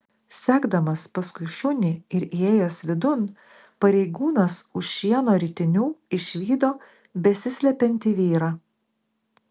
sekdamas paskui šunį ir įėjęs vidun pareigūnas už šieno ritinių išvydo besislepiantį vyrą